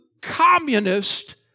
communist